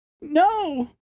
No